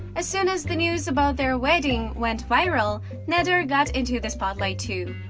as soon as the news about their wedding went viral, nehdar got into the spotlight too.